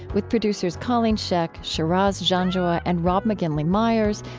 with producers colleen scheck, shiraz janjua, and rob mcginley myers,